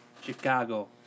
Chicago